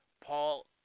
Paul